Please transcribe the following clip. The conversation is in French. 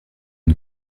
une